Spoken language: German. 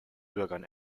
bürgern